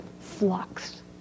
flux